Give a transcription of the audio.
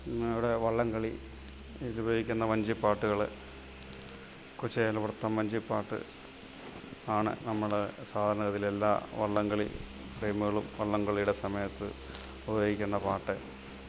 അവിടെ വള്ളംകളി അതിനുപയോഗിക്കുന്ന വഞ്ചിപ്പാട്ടുകൾ കുചേല വൃത്തം വഞ്ചിപ്പാട്ട് ആണ് നമ്മൾ സാധാരണ ഗതിയിൽ എല്ലാ വള്ളംകളി ടീമുകളും വള്ളംകളിയുടെ സമയത്ത് ഉപയോഗിക്കുന്ന പാട്ട്